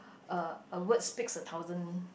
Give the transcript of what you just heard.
a a words speaks a thousand